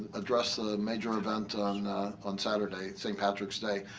address the major event on on saturday, st. patrick's day,